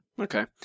okay